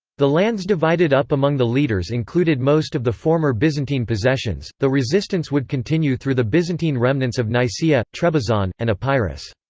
the lands divided up among the leaders included most of the former byzantine possessions, though resistance would continue through the byzantine remnants of nicaea, trebizond, and epirus.